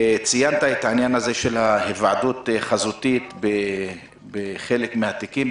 ציינת את ההיוועדות החזותית בחלק מן התיקים,